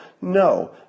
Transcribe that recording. No